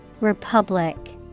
Republic